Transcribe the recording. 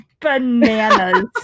bananas